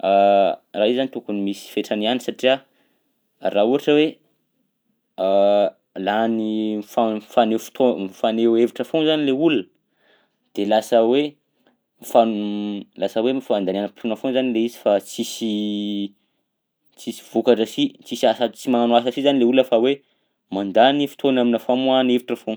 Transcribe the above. Raha io zany tokony misy fetrany ihany satria raha ohatra hoe lany mifa- mifaneho fotoa- mifaneho hevitra foagny zany lay olona de lasa hoe mifam- lasa hoe fandaniam-potoana zany lay izy fa tsisy tsisy vokatra si tsisy asa tsy magnano asa si zany le olona fa hoe mandany fotoana aminà famoahana hevitra foagna.